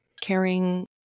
caring